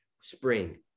spring